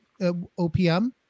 OPM